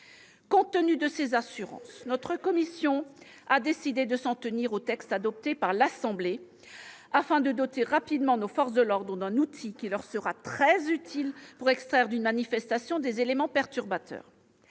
Compte tenu de ces assurances, notre commission a décidé de s'en tenir au texte adopté par l'Assemblée nationale, afin de doter rapidement nos forces de l'ordre d'un outil qui leur sera très utile pour extraire d'une manifestation des éléments perturbateurs.